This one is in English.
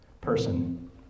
person